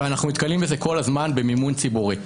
ואנחנו נתקלים בזה כל הזמן במימון ציבורי.